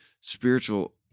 spiritual